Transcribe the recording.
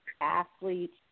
athletes